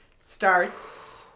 starts